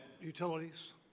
utilities